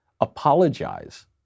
apologize